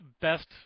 best